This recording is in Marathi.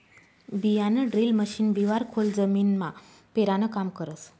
बियाणंड्रील मशीन बिवारं खोल जमीनमा पेरानं काम करस